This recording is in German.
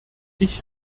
ich